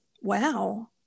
wow